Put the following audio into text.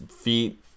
feet